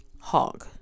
hog